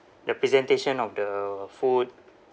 the presentation of the food